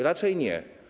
Raczej nie.